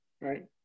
right